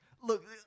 Look